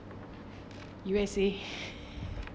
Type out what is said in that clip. U_S_A